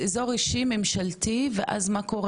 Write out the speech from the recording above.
הכל בעברית, לאן הולך העובד הזר?